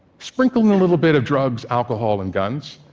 sprinkle in a little bit of drugs, alcohol and guns,